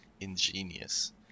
ingenious